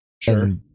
Sure